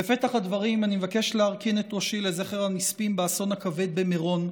בפתח הדברים אני מבקש להרכין את ראשי לזכר הנספים באסון הכבד במירון,